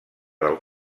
del